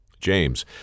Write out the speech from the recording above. James